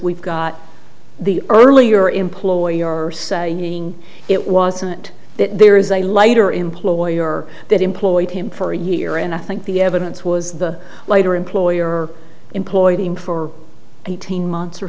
we've got the earlier employer say it wasn't that there is a lighter employer that employed him for a year and i think the evidence was the lighter employer employed him for eighteen months or